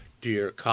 Dear